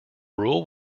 rule